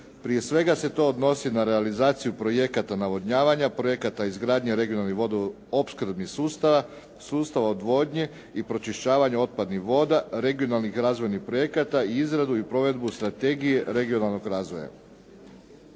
Prije svega se to odnosi na realizaciju projekata navodnjavanja, projekata izgradnja regionalnih vodoopskrbnih sustava, sustava odvodnje i pročišćavanja otpadnih voda, regionalni razvojnih projekata i izradu i provedbu Strategije regionalnog razvoja.